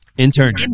Intern